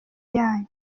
yanyu